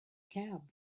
cab